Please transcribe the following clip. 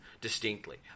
distinctly